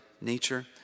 nature